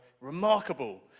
remarkable